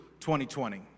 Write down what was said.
2020